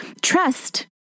Trust